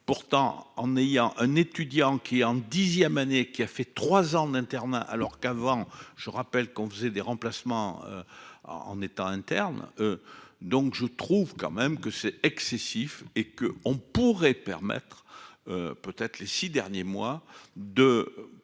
pourtant en ayant un étudiant qui en dixième année qui a fait trois ans d'internat, alors qu'avant je rappelle qu'on faisait des remplacements. En étant interne. Donc je trouve quand même que c'est excessif et que on pourrait permettre. Peut-être les 6 derniers mois, de